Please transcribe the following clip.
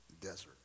desert